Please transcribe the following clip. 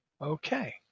Okay